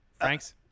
Thanks